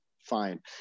fine